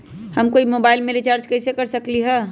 हम कोई मोबाईल में रिचार्ज कईसे कर सकली ह?